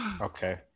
Okay